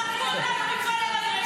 זרקו אותנו מכל המדרגות.